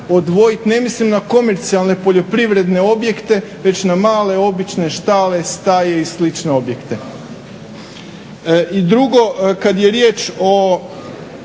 odvojiti ne mislim na komercijalne poljoprivredne objekte već na male obične štale, staje i slične objekte. I dugo, kada je riječ o